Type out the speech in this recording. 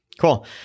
Cool